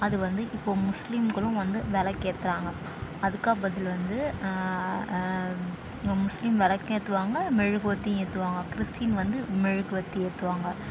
அது வந்து இப்போது முஸ்லீம்களும் வந்து விளக்கேத்துறாங்க அதுக்காக பதில் வந்து முஸ்லீம் விளக்கேத்துவங்க மெழுகுவர்த்தியும் ஏற்றுவாங்க கிறிஸ்டின் வந்து மெழுகுவர்த்தி ஏற்றுவாங்க